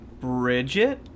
Bridget